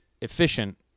efficient